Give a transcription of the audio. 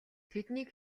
тэднийг